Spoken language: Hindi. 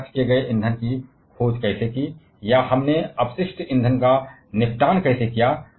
हमने खर्च किए गए ईंधन की खोज कैसे की या हमने अपशिष्ट ईंधन का निपटान कैसे किया